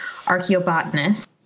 archaeobotanist